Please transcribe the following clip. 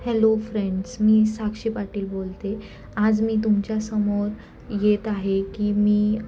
hello friends मी साक्षी पाटील बोलते आज मी तुमच्यासमोर येत आहे की मी